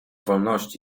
wolności